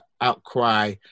outcry